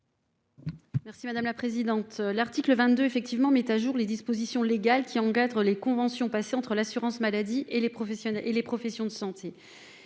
sur l'article. L'article 22 met à jour les dispositions légales qui encadrent les conventions passées entre l'assurance maladie et les professions de santé.